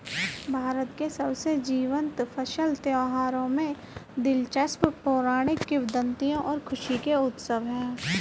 भारत के सबसे जीवंत फसल त्योहारों में दिलचस्प पौराणिक किंवदंतियां और खुशी के उत्सव है